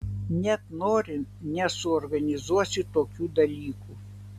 net norint nesuorganizuosi tokių dalykų